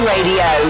Radio